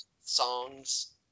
songs